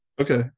Okay